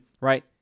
right